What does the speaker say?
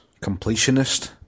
completionist